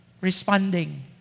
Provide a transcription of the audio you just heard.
responding